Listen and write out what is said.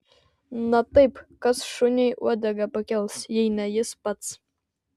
na taip kas šuniui uodegą pakels jei ne jis pats